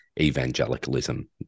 evangelicalism